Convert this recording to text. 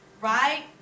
right